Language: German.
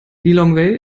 lilongwe